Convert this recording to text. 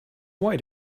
why